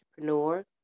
entrepreneurs